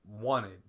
wanted